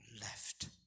left